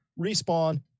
respawn